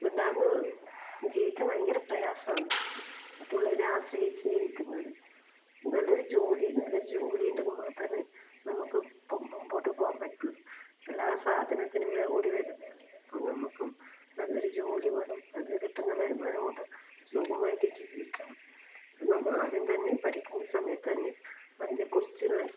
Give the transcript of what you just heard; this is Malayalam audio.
എന്നാലൊന്ന് ജീവിക്കാൻ ഭയങ്കര പ്രയാസമാണ് മറ്റുള്ളവരെ ആശ്രയിച്ച് ജീവിക്കുന്നത് നല്ലൊരു ജോലി നല്ലൊരു ജോലിയുണ്ടെങ്കിൽ മാത്രമേ നമുക്ക് ഇപ്പം മുമ്പോട്ട് പോകാൻ പറ്റുള്ളൂ എല്ലാ സാധനത്തിനും വില കൂടി വരുന്നതല്ലേ അപ്പം നമുക്കും നല്ലൊരു ജോലി വേണം അതിൽ നിന്ന് കിട്ടുന്ന വരുമാനം കൊണ്ട് സുഖമായിട്ട് ജീവിക്കണം ആദ്യം തന്നെ പഠിക്കുന്ന സമയത്ത് തന്നെ അതിനെക്കുറിച്ചുള്ള